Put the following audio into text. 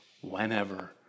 whenever